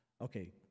Okay